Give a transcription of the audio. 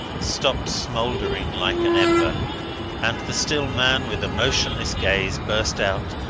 stopped smouldering like an ember and the still man, with a motionless gaze, burst out,